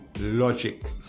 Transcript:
logic